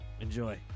enjoy